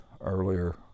earlier